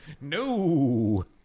No